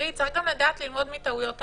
צריך גם לדעת ללמוד מטעויות העבר.